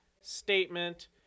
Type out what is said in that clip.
statement